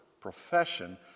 profession